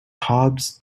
hobs